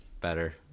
better